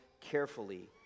carefully